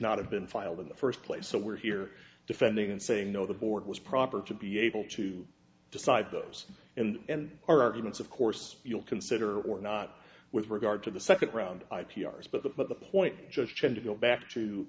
not have been filed in the first place so we're here defending and saying no the board was proper to be able to decide those and and our arguments of course you'll consider or not with regard to the second round i p r is but the point just tend to go back to